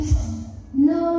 no